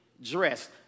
dressed